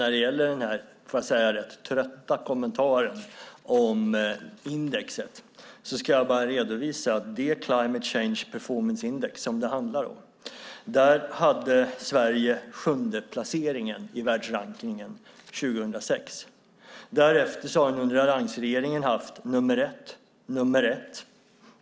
När det gäller den rätt trötta kommentaren till indexet vill jag redovisa att i det Climate change performance index som det handlar om hade Sverige sjundeplaceringen i världsrankningen 2006. Därefter har vi under alliansregeringen haft plats nummer ett och därefter plats nummer ett.